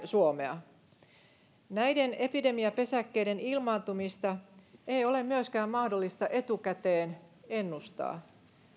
suomea tahansa näiden epidemiapesäkkeiden ilmaantumista ei ole myöskään mahdollista etukäteen ennustaa